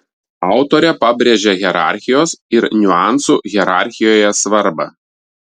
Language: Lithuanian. autorė pabrėžia hierarchijos ir niuansų hierarchijoje svarbą